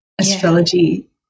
astrology